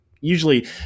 usually